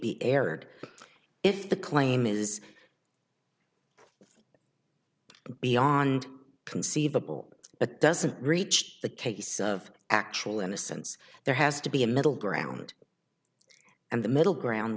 be aired if the claim is beyond conceivable but doesn't reach the case of actual innocence there has to be a middle ground and the middle ground